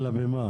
אלא במה?